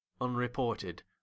unreported